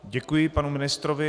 Děkuji panu ministrovi.